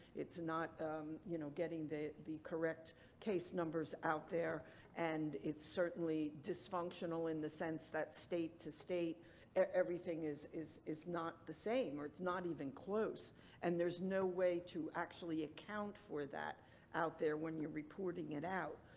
it's not you know getting the the correct case numbers out there and it's certainly dysfunctional in the sense that state to state everything is is not the same or it's not even close and there's no way to actually account for that out there when you're reporting it out.